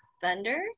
Thunder